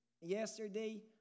Yesterday